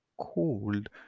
cold